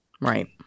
right